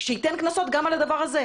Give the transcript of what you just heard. שייתן קנסות גם על הדבר הזה.